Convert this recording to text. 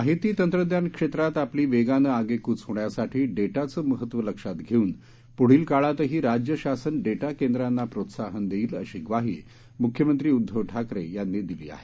माहिती तंत्रज्ञान क्षेत्रात आपली वेगानं आगेकूच होण्यासाठी डेटाचं महत्व लक्षात धेऊन पुढील काळातही राज्य शासन डेटा केंद्रांना प्रोत्साहन देईल अशी ग्वाही मुख्यमंत्री उद्धव ठाकरे यांनी दिली आहे